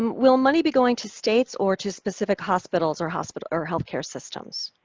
will money be going to states or to specific hospitals or hospitals or healthcare systems?